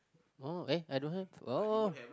orh eh I don't have orh